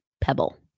pebble